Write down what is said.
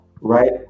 right